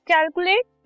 Calculate